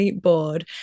bored